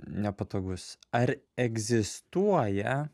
nepatogus ar egzistuoja